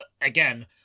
again